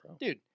dude